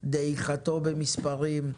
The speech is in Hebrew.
דעיכתו במספרים,